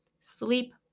sleep